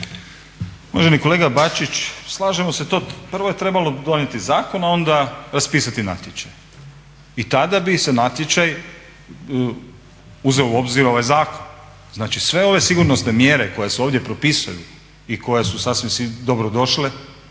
Uvaženi kolega Bačić, slažemo se. Prvo je trebalo donijeti zakon a onda raspisati natječaj. I tada bi se natječaj uzeo u obzir ovaj zakon, znači sve ove sigurnosne mjere koje se ovdje propisuju i koje su sasvim dobro došle